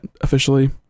officially